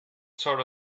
sort